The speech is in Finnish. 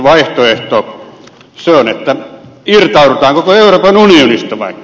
se on että irtaudutaan koko euroopan unionista vaikka